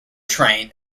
trained